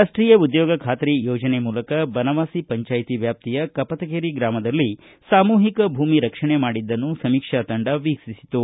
ರಾಷ್ಟೀಯ ಉದ್ಯೋಗ ಬಾತ್ರಿ ಯೋಜನೆ ಮೂಲಕ ಬನವಾಸಿ ಪಂಚಾಯ್ತಿ ಕಪತಗೇರಿ ಗ್ರಾಮದಲ್ಲಿ ಸಾಮೂಹಿಕ ಭೂಮಿ ರಕ್ಷಣೆ ಮಾಡಿದ್ದನ್ನು ಸಮೀಕ್ಷಾ ತಂಡ ವೀಕ್ಷಿಸಿತು